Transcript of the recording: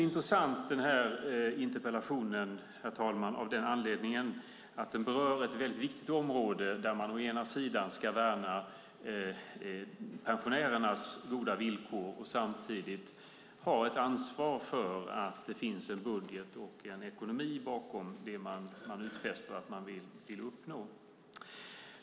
Interpellationen är intressant, herr talman, även av den anledningen att den berör ett viktigt område där man ska värna pensionärernas goda villkor och samtidigt ha ett ansvar för att det finns en budget och en ekonomi bakom det som man utfäster att man vill uppnå.